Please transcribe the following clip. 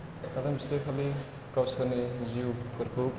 खारन बिसोरो खालि गावसोरनि जिउफोरखौ